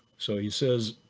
so he says,